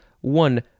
one